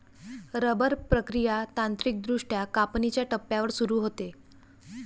rubber प्रक्रिया तांत्रिकदृष्ट्या कापणीच्या टप्प्यावर सुरू होते